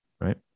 right